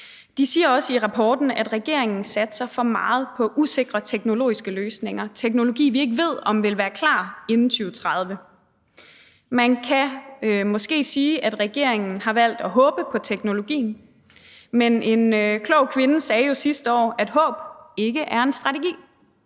De siger også i rapporten, at regeringen satser for meget på usikre teknologiske løsninger – teknologi, hvor vi ikke ved, om den vil være klar inden 2030. Man kan måske sige, at regeringen har valgt at håbe på teknologien, men en klog kvinde sagde jo sidste år, at håb ikke er en strategi,